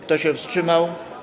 Kto się wstrzymał?